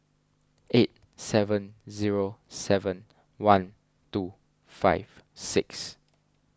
eight seven zero seven one two five six